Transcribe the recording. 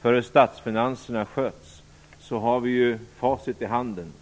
för hur statsfinanserna skötts, kan vi ju säga att vi har facit i handen.